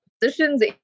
Positions